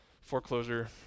foreclosure